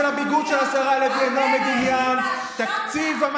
לא אכפת לך